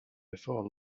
before